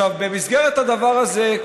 במסגרת הדבר הזה,